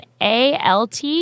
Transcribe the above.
ALT